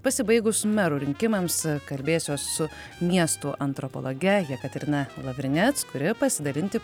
pasibaigus merų rinkimams kalbėsiuos su miestų antropologe jekaterina lavrinec kuri pasidalinti